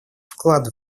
вклад